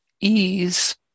ease